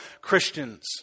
Christians